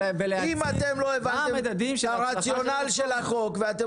אם אתם לא הבנתם את הרציונל של החוק ואתם